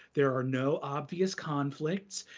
there are no obvious conflicts,